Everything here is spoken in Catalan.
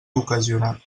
ocasionat